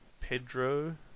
Pedro